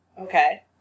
Okay